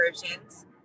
versions